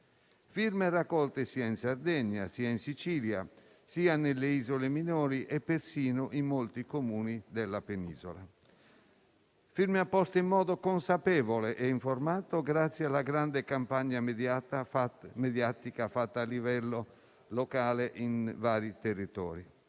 firme raccolte sia in Sardegna, sia in Sicilia, sia nelle isole minori e persino in molti Comuni della penisola; firme apposte in modo consapevole e informato, grazie alla grande campagna mediatica fatta a livello locale in vari territori.